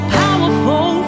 powerful